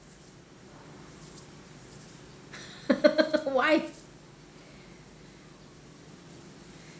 why